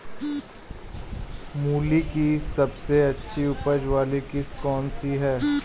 मूली की सबसे अच्छी उपज वाली किश्त कौन सी है?